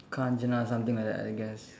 Kanchana or something like that I guess